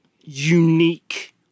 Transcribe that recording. unique